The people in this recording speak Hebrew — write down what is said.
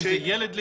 האם זה ילד ליהודי,